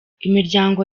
imiryango